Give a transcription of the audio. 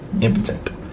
impotent